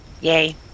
Yay